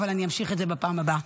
אבל אני אמשיך את זה בפעם הבאה.